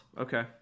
Okay